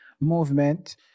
movement